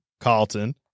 Carlton